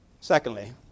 Secondly